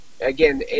Again